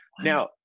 Now